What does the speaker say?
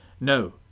No